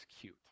cute